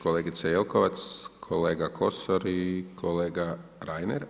Kolegice Jelkovac, kolega Kosor i kolega Reiner?